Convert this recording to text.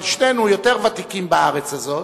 אבל שנינו יותר ותיקים בארץ הזאת,